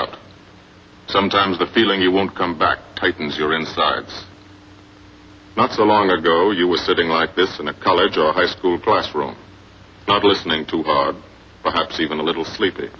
out sometimes the feeling you won't come back tightens your insides not so long ago you were sitting like this in a college or high school classroom listening to perhaps even a little sleepy